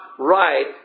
right